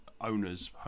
owners